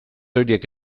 horiek